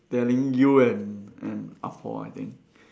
telling you and and ah-po I think